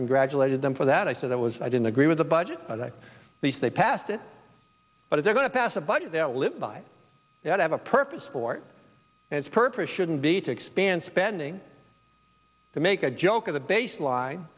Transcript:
congratulated them for that i said i was i didn't agree with the budget that these they passed it but if they're going to pass a budget that live by that have a purpose for it's purpose shouldn't be to expand spending to make a joke of the baseline